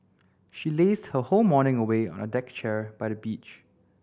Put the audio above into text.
she lazed her whole morning away on a deck chair by the beach